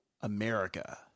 America